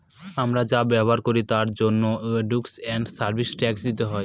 আমরা যা ব্যবহার করি তার জন্য গুডস এন্ড সার্ভিস ট্যাক্স দিতে হয়